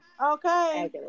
Okay